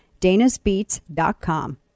danasbeats.com